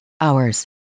hours